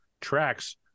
tracks